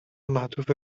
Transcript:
معطوف